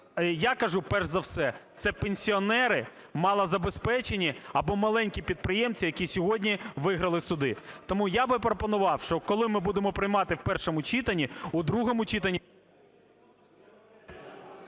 я кажу, перш за все, це пенсіонери, малозабезпечені або маленькі підприємці, які сьогодні виграли суди. Тому я би пропонував, що коли ми будемо приймати в першому читанні у другому читанні…